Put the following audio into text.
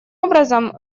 образом